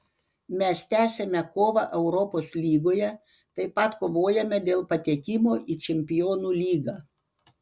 mes tęsiame kovą europos lygoje taip pat kovojame dėl patekimo į čempionų lygą